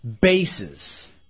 bases